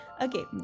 okay